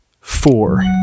four